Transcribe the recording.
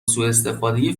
سوءاستفاده